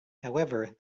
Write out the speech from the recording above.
however